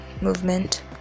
movement